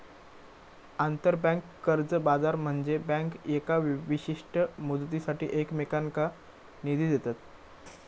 आंतरबँक कर्ज बाजार म्हनजे बँका येका विशिष्ट मुदतीसाठी एकमेकांनका निधी देतत